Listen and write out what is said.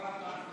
כל התנועה כולה?